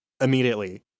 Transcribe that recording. Immediately